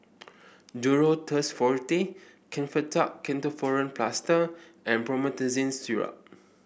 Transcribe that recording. Duro Tuss Forte Kefentech Ketoprofen Plaster and Promethazine Syrup